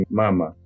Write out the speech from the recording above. mama